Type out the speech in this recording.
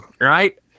right